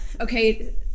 Okay